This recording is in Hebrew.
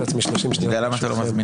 נשמע.